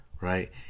right